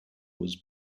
was